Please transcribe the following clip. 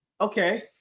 Okay